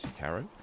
Caro